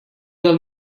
del